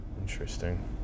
Interesting